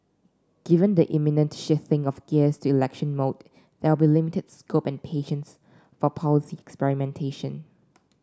given the imminent shifting of gears to election mode there be limited scope and patience for policy experimentation